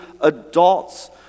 adults